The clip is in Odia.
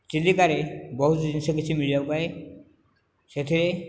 ଚିଲିକାରେ ବହୁତ ଜିନିଷ କିଛି ମିଳିବାକୁ ପାଏ ସେଥିରେ